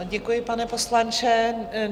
Děkuji, pane poslanče.